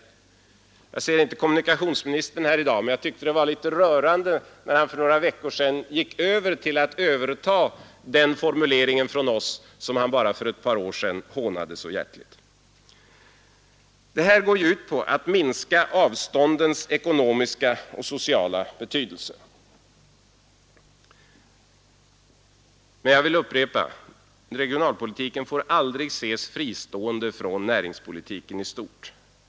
Jag ser 15 december 1972 inte kommunikationsministern här i dag, men jag tyckte att det var litet rörande när han för några veckor sedan gick över till att överta den formulering från oss som han bara för ett par år sedan hånade så hjärtligt. Det här går ut på att minska avståndens ekonomiska och sociala betydelse. Jag vill upprepa: Regionalpolitiken får aldrig ses fristående från näringspolitiken i stort.